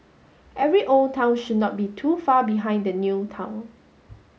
every old town should not be too far behind the new town